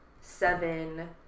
seven